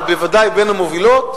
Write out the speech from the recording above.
אבל בוודאי בין המובילות,